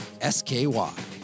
S-K-Y